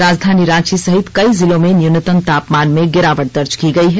राजधानी रांची सहित कई जिलों में न्यूनतम तापमान में गिरावट दर्ज की गई है